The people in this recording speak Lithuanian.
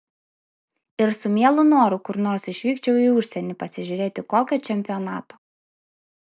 ir su mielu noru kur nors išvykčiau į užsienį pasižiūrėti kokio čempionato